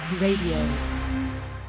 Radio